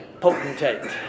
potentate